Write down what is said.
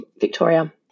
Victoria